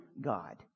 God